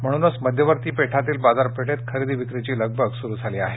म्हणूनच मध्यवर्ती पेठांतील बाजारपेठेत खरेदी विक्रीची लगबग सुरू झाली आहे